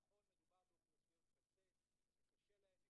נכון, מדובר באוכלוסיות קצה שקשה להן,